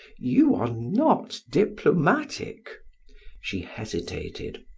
you are not diplomatic she hesitated.